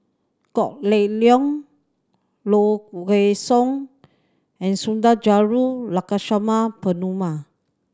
Kok Heng Leun Low Way Song and Sundarajulu Lakshmana Perumal